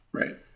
right